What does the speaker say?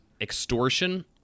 extortion